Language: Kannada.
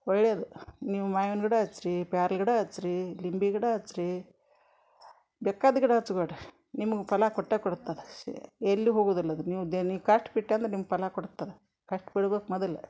ಒಳ್ಳೆಯದು ನೀವು ಮಾವಿನ ಗಿಡ ಹಚ್ರಿ ಪ್ಯಾರ್ಲಿ ಗಿಡ ಹಚ್ರಿ ಲಿಂಬೆ ಗಿಡ ಹಚ್ರಿ ಬೇಕಾದ ಗಿಡ ಹಚ್ಕೊಳ್ರಿ ನಿಮ್ಗೆ ಫಲ ಕೊಟ್ಟೇ ಕೊಡತ್ತೆ ಅದು ಶೇ ಎಲ್ಲೂ ಹೋಗುವುದಿಲ್ಲ ಅದು ನಿಮ್ಮದು ನೀವು ಕಷ್ಟ ಬಿಟ್ಟೆ ಅಂದ್ರೆ ನಿಮ್ಗೆ ಫಲ ಕೊಡತ್ತೆ ಅದು ಕಷ್ಟ ಬಿಡ್ಬೇಕು ಮೊದಲು